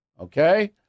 okay